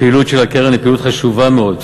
הפעילות של הקרן היא פעילות חשובה מאוד,